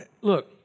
look